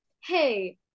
hey